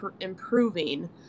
improving